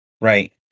right